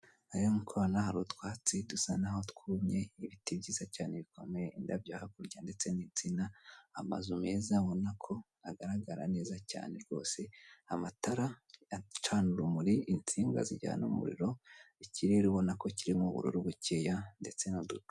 Hano nk'uko mubibona hari utwatsi dusa n'aho twumye, ibiti byiza cyane bikomeye, indabyo hakurya ndetse n'insina, amazu meza abona ko agaragara neza cyane rwose, amatara acana urumuri, insinga zijyana umuriro, ikirere ubona ko kirimo ubururu bukeya ndetse n'udu..